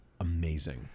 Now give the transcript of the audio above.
amazing